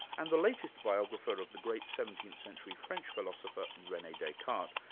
and the latest biographer of the great seventeenth century french philosopher, rene descartes,